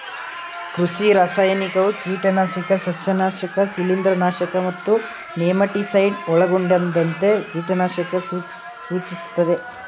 ಕೃಷಿ ರಾಸಾಯನಿಕವು ಕೀಟನಾಶಕ ಸಸ್ಯನಾಶಕ ಶಿಲೀಂಧ್ರನಾಶಕ ಮತ್ತು ನೆಮಟಿಸೈಡ್ ಒಳಗೊಂಡಂತೆ ಕೀಟನಾಶಕ ಸೂಚಿಸ್ತದೆ